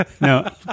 No